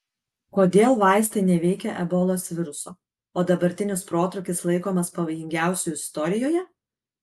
kodėl vaistai neveikia ebolos viruso o dabartinis protrūkis laikomas pavojingiausiu istorijoje